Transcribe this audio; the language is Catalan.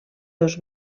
dos